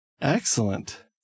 Excellent